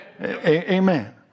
Amen